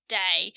day